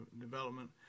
development